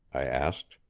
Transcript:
i asked.